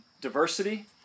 Diversity